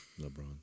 LeBron